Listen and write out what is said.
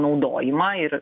naudojimą ir